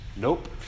Nope